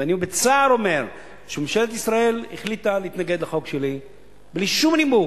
ובצער אני אומר שממשלת ישראל החליטה להתנגד לחוק שלי בלי שום נימוק.